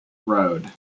road